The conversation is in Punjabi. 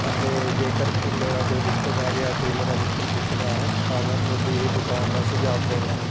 ਅਤੇ ਜੇਕਰ ਕੋ ਮੇਰਾ ਕੋਈ ਰਿਸ਼ਤੇਦਾਰ ਜਾਂ ਕੋਈ ਮੇਰਾ ਮਿੱਤਰ ਪੁੱਛਦਾ ਹੈ ਤਾਂ ਮੈਂ ਤੁਹਾਡੀ ਹੀ ਦੁਕਾਨ ਦਾ ਸੁਝਾਵ ਦੇਵਾਂਗਾ